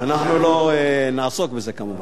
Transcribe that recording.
אנחנו לא נעסוק בזה כמובן.